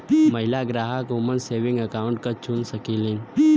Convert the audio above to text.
महिला ग्राहक woman saving account क चुन सकलीन